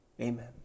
Amen